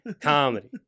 Comedy